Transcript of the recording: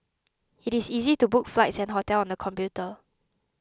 it is easy to book flights and hotels on the computer